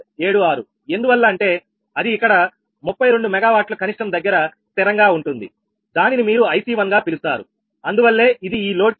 76 ఎందువల్ల అంటే అది ఇక్కడ 32 MW కనిష్టం దగ్గర స్థిరంగా ఉంటుంది దానిని మీరు IC1 గా పిలుస్తారు అందువల్లే ఇది ఈ లోడ్ కి